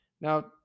Now